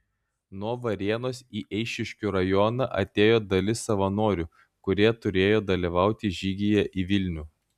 nuo varėnos į eišiškių rajoną atėjo dalis savanorių kurie turėjo dalyvauti žygyje į vilnių